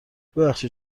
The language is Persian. ببخشید